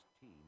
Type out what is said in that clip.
team